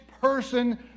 person